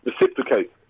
Reciprocate